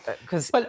Because-